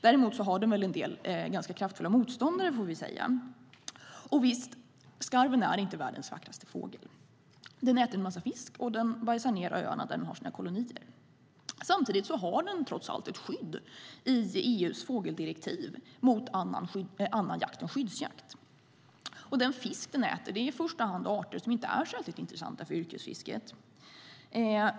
Däremot har den en del kraftfulla motståndare. Och, visst, skarven är inte världens vackraste fågel. Den äter en massa fisk och den bajsar ner öarna där den har sina kolonier. Samtidigt har den trots allt ett skydd i EU:s fågeldirektiv mot annan jakt än skyddsjakt. Och den fisk den äter är i första hand arter som inte är särskilt intressanta för yrkesfisket.